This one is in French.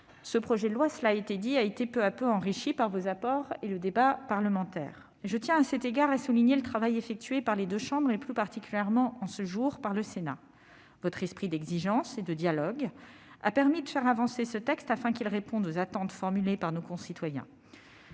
ce projet de loi a été peu à peu enrichi par vos apports et le débat parlementaire. Je tiens à cet égard à souligner le travail accompli par les deux chambres, plus particulièrement en ce jour par le Sénat. Votre esprit d'exigence et de dialogue a permis de faire avancer ce texte, afin qu'il réponde aux attentes formulées par nos concitoyens.